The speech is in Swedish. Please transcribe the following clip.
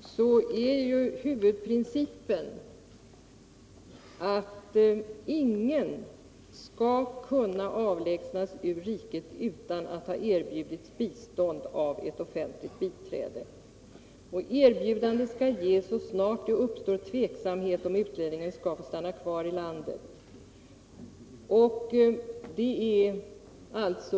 så är huvudprincipen att ingen skall kunna avlägsnas ur riket utan att ha erbjudits bistånd av ett offentligt biträde. Och erbjudandet skall ges så snart det uppstår tveksamhet om huruvida utlänningen skall få stanna kvar i landet.